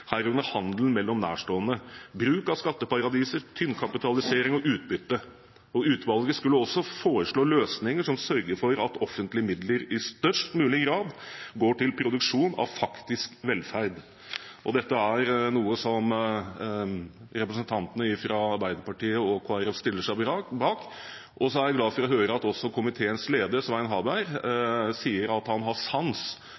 herunder handel mellom nærstående, bruk av skatteparadiser, tynn kapitalisering og utbytte. Utvalget skulle også foreslå løsninger som sørger for at offentlige midler i størst mulig grad går til produksjon av faktisk velferd. Dette er noe som representantene fra Arbeiderpartiet og Kristelig Folkeparti stiller seg bak. Jeg er glad for å høre at også komiteens leder, Svein Harberg,